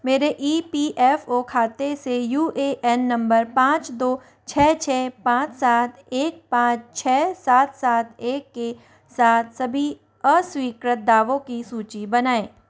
मेरे E P F O खाते से यू ए एन नंबर पाँच दो छः छः पाँच सात एक पाँच छः सात सात एक के साथ सभी अस्वीकृत दावों की सूची बनाएँ